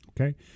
Okay